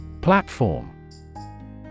Platform